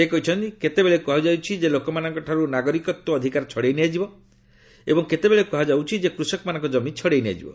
ସେ କହିଛନ୍ତି କେତେବେଳେ କୁହାଯାଉଛି ଯେ ଲୋକମାନଙ୍କଠାରୁ ନାଗରିକତ୍ୱ ଅଧିକାର ଛଡ଼ାଇ ନିଆଯିବ ଏବଂ କେତେବେଳେ କୁହାଯାଉଛି କୁଷକମାନଙ୍କ କମି ଛଡ଼େଇ ନିଆଯିବ